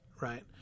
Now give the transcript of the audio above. right